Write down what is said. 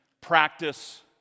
practice